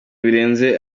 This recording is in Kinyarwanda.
birenze